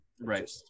Right